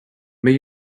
may